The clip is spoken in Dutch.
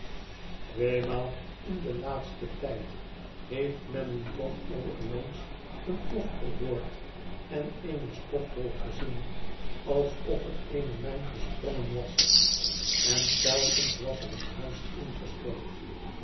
tweemaal in den laatsten tijd heeft men in tom all a ion e's een plof gehoord en eene stofwolk gezien alsof er eene mijn gesprongen was en telkens was er een huis ingestort